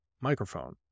microphone